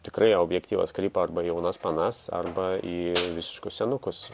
tikrai objektyvas krypo arba į jaunas panas arba į visiškus senukus